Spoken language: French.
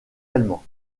allemands